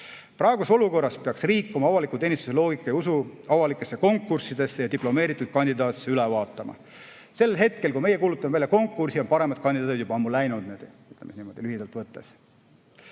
Praeguses olukorras peaks riik oma avaliku teenistuse loogika ja usu avalikesse konkurssidesse ja diplomeeritud kandidaatidesse üle vaatama. Sel hetkel, kui meie kuulutame välja konkursi, on paremad kandidaadid juba ammu läinud, ütleme niimoodi lühidalt võttes.